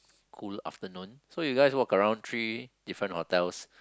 cool afternoon so you guys walk around three different hotels